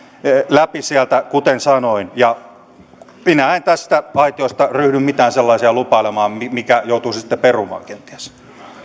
läpi sieltä kuten sanoin minä en tästä aitiosta ryhdy mitään sellaisia lupailemaan minkä joutuisi sitten perumaan kenties